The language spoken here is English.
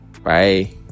bye